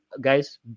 guys